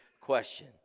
question